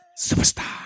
Superstar